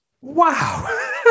Wow